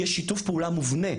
יש שיתוף פעולה מובנה,